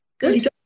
good